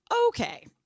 Okay